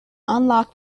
unlock